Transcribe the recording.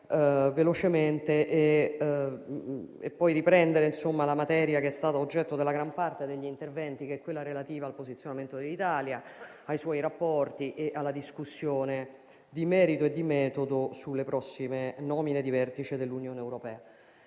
e poi riprendere la materia che è stata oggetto della gran parte degli interventi, relativa al posizionamento dell'Italia, ai suoi rapporti e alla discussione di merito e di metodo sulle prossime nomine di vertice dell'Unione europea.